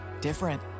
different